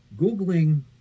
Googling